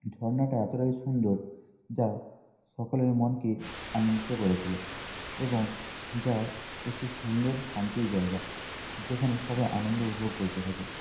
ঝর্নাটা এতোটাই সুন্দর যা সকলের মনকে আনন্দিত করে তোলে এবং যা একটি সুন্দর শান্তির জায়গা যেখানে সবাই আনন্দ উপভোগ করতে থাকে